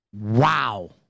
Wow